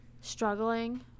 struggling